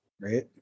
right